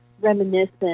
reminiscent